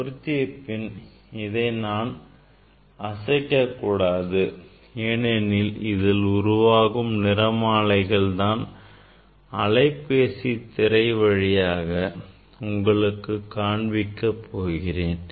பொருத்திய பின் இதை நான் அசைக்கக் கூடாது ஏனெனில் இதில் உருவாகும் நிறமாலைகளை தான் அலைப்பேசி திரை வழியாக உங்களுக்கு காண்பிக்க போகிறேன்